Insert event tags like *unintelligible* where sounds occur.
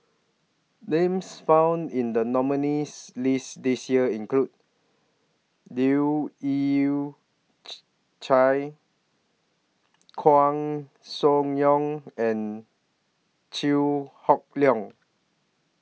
Names found in The nominees' list This Year include Leu Yew *unintelligible* Chye Koeh Sia Yong and Chew Hock Leong